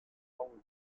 tang